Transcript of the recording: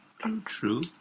true